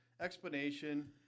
explanation